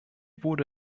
wurde